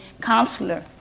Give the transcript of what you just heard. counselor